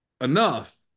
enough